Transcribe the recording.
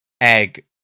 egg